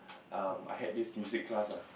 um I had this music class lah